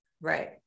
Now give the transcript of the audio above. Right